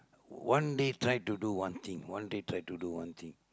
one day try to do one thing one day try to do one thing